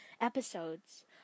episodes